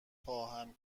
خواهم